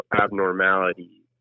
abnormality